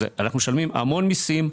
אנחנו גם ככה משלמים המון מסים,